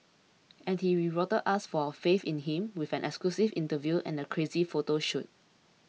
and he rewarded us for our faith in him with an exclusive interview and a crazy photo shoot